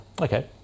okay